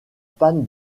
panne